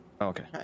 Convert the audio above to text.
Okay